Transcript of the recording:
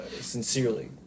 sincerely